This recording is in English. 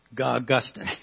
Augustine